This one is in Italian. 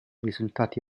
risultati